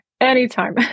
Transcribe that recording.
Anytime